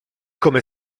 come